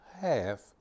half